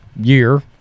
year